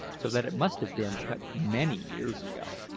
so that it must have been cut many years ago.